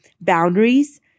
Boundaries